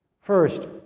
First